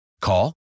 Call